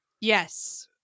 yes